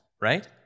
right